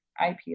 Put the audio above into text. IPO